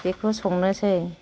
बेखौ संनोसै